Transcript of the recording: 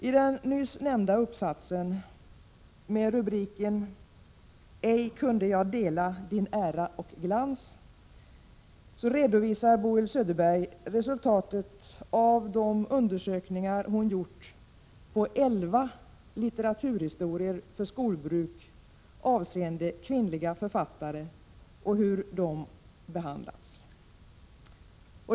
I den nyssnämnda uppsatsen med rubriken ”Ej kunde jag dela din ära och glans” redovisar Boel Söderbergh resultatet av de undersökningar hon gjort på elva litteraturhistorier för skolbruk avseende kvinnliga författare och hur de behandlats.